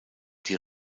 die